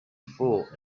fought